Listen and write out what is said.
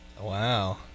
Wow